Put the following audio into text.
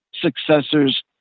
successors